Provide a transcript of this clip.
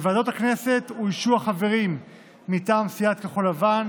בוועדת הכנסת אוישו החברים מטעם סיעת כחול לבן